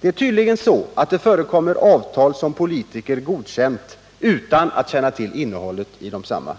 Det är tydligen så, att det förekommer avtal som politiker godkänt utan att känna till innehållet i desamma.